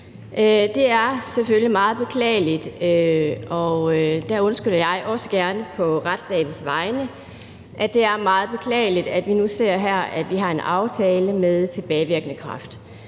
Det er selvfølgelig meget beklageligt, og der undskylder jeg også gerne på retsstatens vegne. For det er meget beklageligt, at vi nu her ser en aftale med tilbagevirkende kraft.